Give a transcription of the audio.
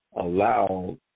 allow